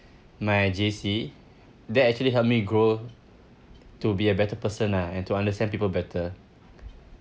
my J_C that actually helped me grow to be a better person lah and to understand people better